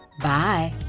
bye!